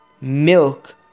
milk